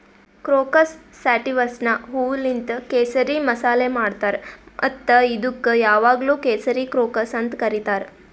crocus ಸ್ಯಾಟಿವಸ್ನ ಹೂವೂಲಿಂತ್ ಕೇಸರಿ ಮಸಾಲೆ ಮಾಡ್ತಾರ್ ಮತ್ತ ಇದುಕ್ ಯಾವಾಗ್ಲೂ ಕೇಸರಿ ಕ್ರೋಕಸ್ ಅಂತ್ ಕರಿತಾರ್